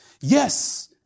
Yes